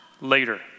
later